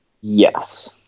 Yes